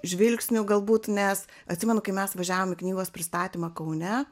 žvilgsnių galbūt nes atsimenu kai mes važiavom į knygos pristatymą kaune